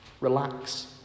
relax